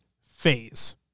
phase